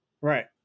Right